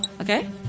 okay